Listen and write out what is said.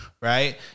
right